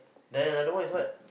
then another one is what